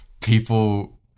people